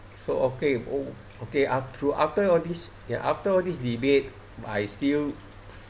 so okay oh okay af~ through after all this after all this debate I still